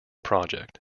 project